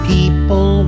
People